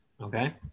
Okay